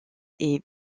est